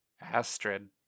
Astrid